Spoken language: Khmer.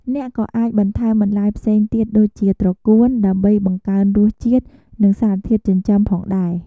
អ្នកក៏អាចបន្ថែមបន្លែផ្សេងទៀតដូចជា ត្រកួន ដើម្បីបង្កើនរសជាតិ និងសារធាតុចិញ្ចឹមផងដែរ។